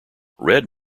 red